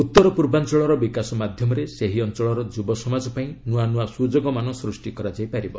ଉତ୍ତର ପୂର୍ବାଞ୍ଚଳର ବିକାଶ ମାଧ୍ୟମରେ ସେହି ଅଞ୍ଚଳର ଯୁବସମାଜ ପାଇଁ ନୂଆ ନୂଆ ସୁଯୋଗମାନ ସୃଷ୍ଟି କରାଯାଇ ପାରିବ